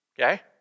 Okay